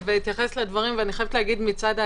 בהתייחס לדברים, ואני חייבת להגיד מצד ההגינות,